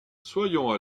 soyons